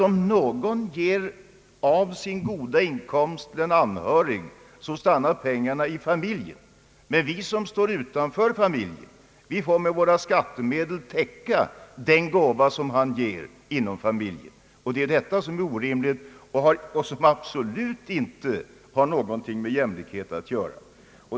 Om någon ger av sin goda inkomst till en anhörig, stannar pengarna i familjen, men vi som står utanför familjen får med våra skattemedel täcka den gåvan. Det är detta som är orimligt, och det har inte någonting med jämlikhet att göra.